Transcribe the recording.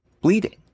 bleeding